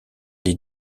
les